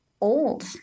old